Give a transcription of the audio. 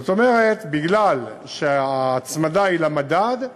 זאת אומרת, מכיוון שההצמדה היא למדד,